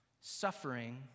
Suffering